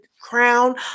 crown